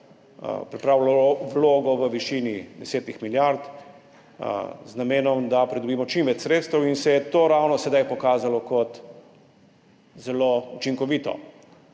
pripravilo vlogo v višini 10 milijard z namenom, da pridobimo čim več sredstev, in se je to ravno sedaj pokazalo kot zelo učinkovito.